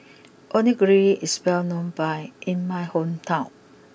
Onigiri is well known in my hometown